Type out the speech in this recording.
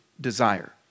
desire